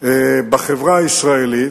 בחברה הישראלית,